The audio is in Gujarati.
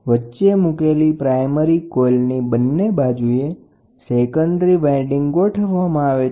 વચ્ચે મૂકેલી પ્રાઇમરી કોઇલની બંને બાજુએ એક જ રીતે સેકન્ડરી વાઈન્ડીંગ ગોઠવવામાં આવે છે